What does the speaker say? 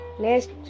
Next